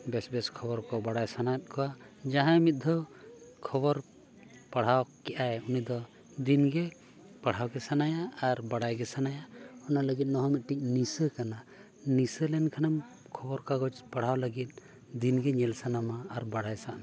ᱵᱮᱥ ᱵᱮᱥ ᱠᱷᱚᱵᱚᱨ ᱠᱚ ᱵᱟᱲᱟᱭ ᱥᱟᱱᱟᱭᱮᱫ ᱠᱚᱣᱟ ᱡᱟᱦᱟᱸᱭ ᱢᱤᱫ ᱫᱷᱟᱹᱣ ᱠᱷᱚᱵᱚᱨ ᱯᱟᱲᱦᱟᱣ ᱠᱮᱜ ᱟᱭ ᱩᱱᱤ ᱫᱚ ᱫᱤᱱ ᱜᱮ ᱯᱟᱲᱦᱟᱣ ᱜᱮ ᱥᱟᱱᱟᱭᱮᱭᱟ ᱟᱨ ᱵᱟᱲᱟᱭ ᱜᱮ ᱥᱟᱱᱟᱭᱮᱭᱟ ᱚᱱᱟ ᱞᱟᱹᱜᱤᱫ ᱱᱚᱣᱟ ᱦᱚᱸ ᱢᱤᱫᱴᱤᱡ ᱱᱤᱥᱟᱹ ᱠᱟᱱᱟ ᱱᱤᱥᱟᱹ ᱞᱮᱱ ᱠᱷᱟᱱᱮᱢ ᱠᱷᱚᱵᱚᱨ ᱠᱟᱜᱚᱡᱽ ᱯᱟᱲᱦᱟᱣ ᱞᱟᱹᱜᱤᱫ ᱫᱤᱱᱜᱮ ᱧᱮᱞ ᱥᱟᱱᱟᱢᱟ ᱟᱨ ᱵᱟᱲᱟᱭ ᱥᱟᱱᱟᱣᱟ